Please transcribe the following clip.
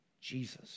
Jesus